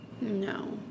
No